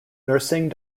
nursing